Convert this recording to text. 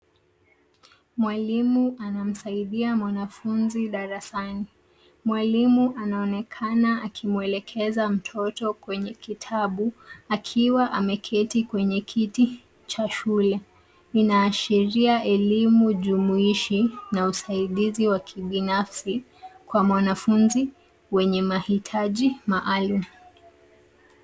Mwalimu anamsaidia mwanafunzi darasani. Mwalimu anaonekana akimwelekeza mtoto kwenye kitabu, akiwa ameketi kwenye kiti cha shule. Inaashiria elimu jumuishi na usaidizi wa kibinafsi kwa mwanafunzi mwenye mahitaji maalum.